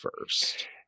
first